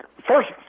First